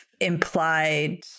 implied